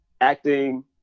acting